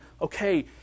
okay